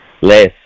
less